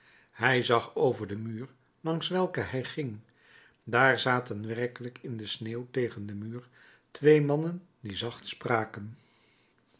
hij zag over den muur langs welken hij ging daar zaten werkelijk in de sneeuw tegen den muur twee mannen die zacht spraken